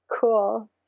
cool